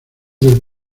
del